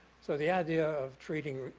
so the idea of treating,